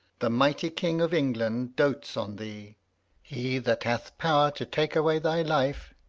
the mighty king of england dotes on thee he that hath power to take away thy life,